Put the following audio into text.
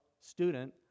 student